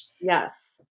Yes